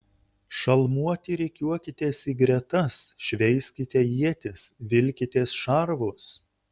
šalmuoti rikiuokitės į gretas šveiskite ietis vilkitės šarvus